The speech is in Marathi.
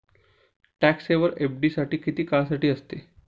टॅक्स सेव्हर एफ.डी किती काळासाठी असते?